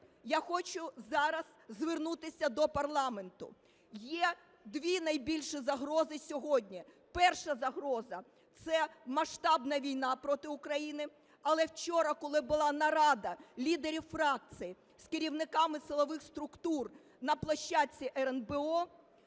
я хочу зараз звернутися до парламенту. Є дві найбільші загрози сьогодні. Перша загроза – це масштабна війна проти України. Але вчора, коли була нарада лідерів фракцій з керівниками силових структур на площадці РНБО,